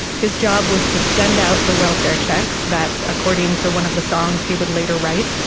his job was to send out the welfare checks that according to one of the songs, he would later write,